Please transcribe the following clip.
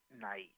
night